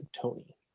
Tony